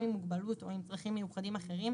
עם מוגבלות או עם צרכים מיוחדים אחרים,